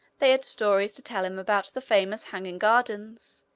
they had stories to tell him about the famous hanging gardens,